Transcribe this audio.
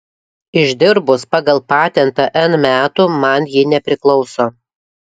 išdirbus pagal patentą n metų man ji nepriklauso